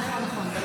נכון, נכון.